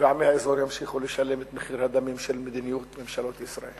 ועמי האזור ימשיכו לשלם את מחיר הדמים של מדיניות ממשלות ישראל.